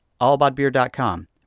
allaboutbeer.com